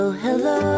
hello